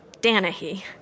Danahy